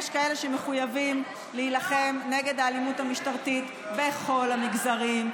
יש כאלה שמחויבים להילחם נגד האלימות המשטרתית בכל המגזרים,